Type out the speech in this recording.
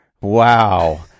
Wow